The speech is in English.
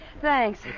thanks